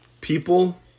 people